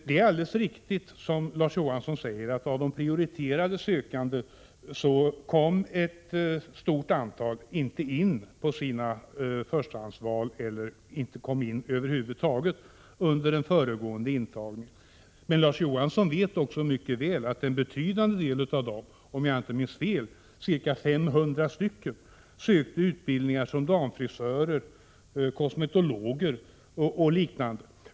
Det är alldeles riktigt som Larz Johansson säger att av de prioriterade sökandena kom ett stort antal inte in på sina förstahandsval eller över huvud taget, men Larz Johansson vet också mycket väl att en betydande del av dem, om jag inte minns fel omkring 500 stycken, sökte utbildningar som damfrisörska, kosmetolog och liknande.